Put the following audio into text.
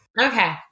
Okay